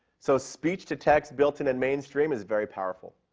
so, speech to text built in and mainstream is very powerful.